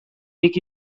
nik